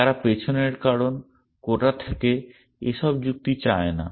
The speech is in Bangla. তারা পিছনের কারণ কোথা থেকে এসব যুক্তি চায় না